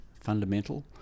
fundamental